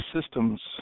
systems